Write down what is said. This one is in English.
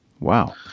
Wow